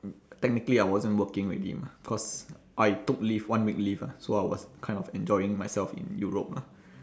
technically I wasn't working already mah cause I took leave one week leave ah so I was kind of enjoying myself in europe lah